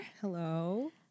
Hello